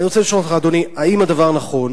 אדוני, האם הדבר נכון?